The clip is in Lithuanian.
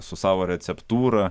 su savo receptūra